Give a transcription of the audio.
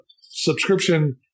subscription